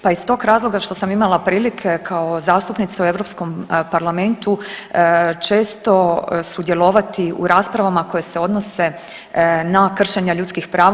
Pa iz tog razloga što sam imala prilike kao zastupnica u Europskom parlamentu često sudjelovati u raspravama koje se odnose na kršenja ljudskih prava.